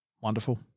Wonderful